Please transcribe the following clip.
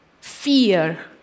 fear